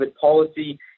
policy